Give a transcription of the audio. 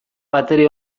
batere